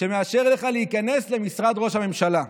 שמאשר לך להיכנס למשרד ראש הממשלה.